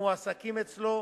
המועסקים אצלו.